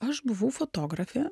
aš buvau fotografė